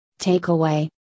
Takeaway